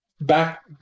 back